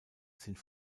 sind